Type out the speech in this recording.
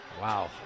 Wow